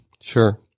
Sure